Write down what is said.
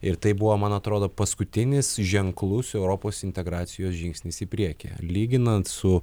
ir tai buvo man atrodo paskutinis ženklus europos integracijos žingsnis į priekį lyginant su